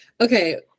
okay